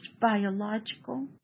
biological